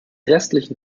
restlichen